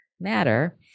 matter